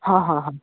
ହଁ ହଁ ହଁ